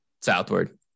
southward